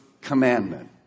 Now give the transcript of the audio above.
commandment